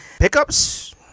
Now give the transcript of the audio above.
Pickups